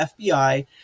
FBI